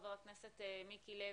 חבר הכנסת מיקי לוי,